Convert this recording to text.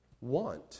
want